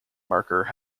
marker